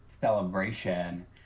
celebration